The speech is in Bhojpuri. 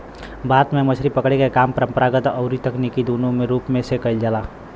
भारत में मछरी पकड़े के काम परंपरागत अउरी तकनीकी दूनो रूप से कईल जाला